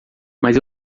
mas